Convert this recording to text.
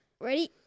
Ready